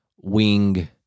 wing